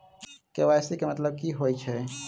KYC केँ मतलब की होइ छै?